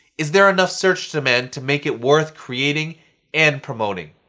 is there enough search demand to make it worth creating and promoting?